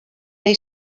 they